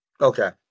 Okay